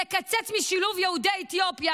לקצץ בשילוב יהודי אתיופיה,